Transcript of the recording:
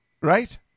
Right